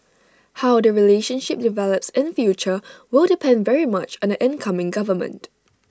how the relationship develops in future will depend very much on the incoming government